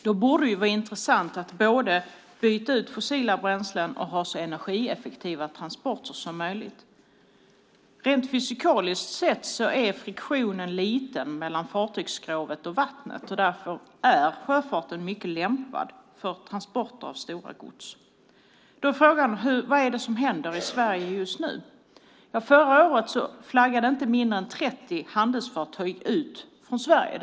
Då borde det vara intressant att både byta ut fossila bränslen och ha så energieffektiva transporter som möjligt. Rent fysikaliskt sett är friktionen liten mellan fartygsskrovet och vattnet. Därför är sjöfarten mycket lämpad för transporter av stora gods. Då är frågan: Vad är det som händer i Sverige just nu? Förra året flaggades inte mindre än 30 handelsfartyg ut från Sverige.